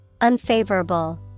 unfavorable